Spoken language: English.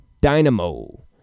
Dynamo